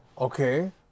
Okay